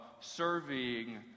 serving